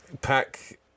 Pack